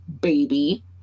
baby